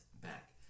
back